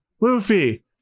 Luffy